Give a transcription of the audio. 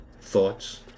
thoughts